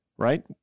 right